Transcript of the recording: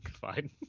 fine